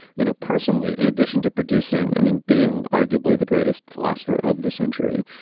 you know, personally, in addition to producing, i mean, being arguably the greatest philosopher of the century.